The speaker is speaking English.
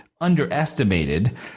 underestimated